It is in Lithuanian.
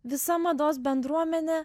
visa mados bendruomenė